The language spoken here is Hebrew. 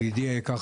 ידידי היקר,